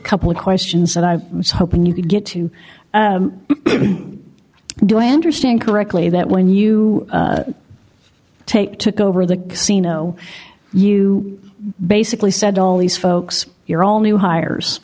couple of questions that i was hoping you could get to do i understand correctly that when you take took over the casino you basically said all these folks you're all new hires